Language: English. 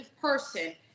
person